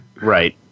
Right